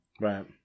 Right